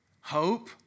Hope